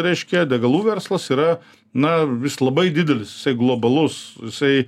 reiškia degalų verslas yra na jis labai didelis jisai globalus jisai